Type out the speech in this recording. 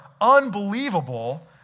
unbelievable